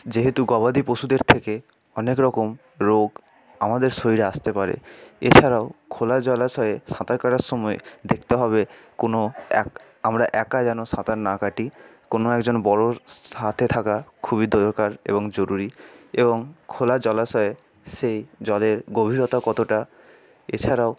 যেহেতু গবাদি পশুদের থেকে অনেক রকম রোগ আমাদের শরীরে আসতে পারে এছাড়াও খোলা জলাশয়ে সাঁতার কাটার সময় দেখতে হবে কোনো এক আমরা একা যেন সাঁতার না কাটি কোনো একজন বড়োর সাথে থাকা খুবই দরকার এবং জরুরি এবং খোলা জলাশয়ে সেই জলের গভীরতা কতটা এছাড়াও